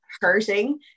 hurting